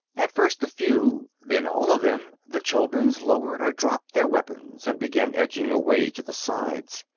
at first a few, then all of them, the chulduns lowered or dropped their weapons and began edging away to the sides.